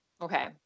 Okay